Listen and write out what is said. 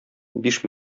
биш